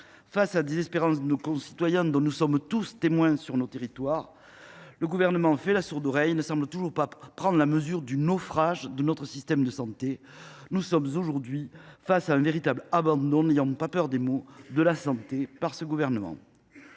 Face à la désespérance de nos concitoyens, dont nous sommes tous témoins sur nos territoires, le Gouvernement fait la sourde oreille. Il ne semble toujours pas prendre la mesure du naufrage de notre système de santé. Nous sommes aujourd’hui face à un véritable abandon de la santé par le Gouvernement